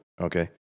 okay